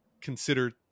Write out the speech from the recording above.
consider